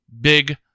big